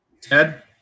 Ted